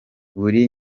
willy